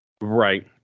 Right